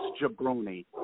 jabroni